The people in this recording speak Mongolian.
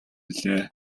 билээ